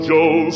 Joe